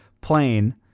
plane